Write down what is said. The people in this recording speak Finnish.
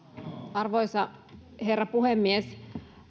arvoisa herra puhemies